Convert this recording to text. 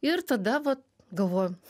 ir tada va galvoju